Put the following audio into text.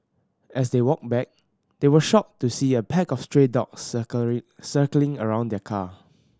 as they walked back they were shocked to see a pack of stray dogs circling around their car